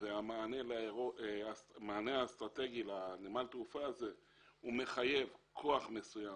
והמענה האסטרטגי לנמל התעופה הזה מחייב כוח מסוים